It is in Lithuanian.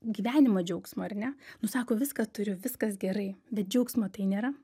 gyvenimo džiaugsmo ar ne nu sako viską turiu viskas gerai bet džiaugsmo tai nėra